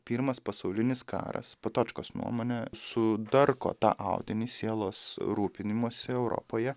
pirmas pasaulinis karas patočkos nuomone sudarko tą audinį sielos rūpinimosi europoje